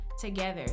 together